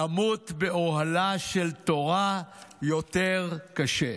למות באוהלה של תורה יותר קשה.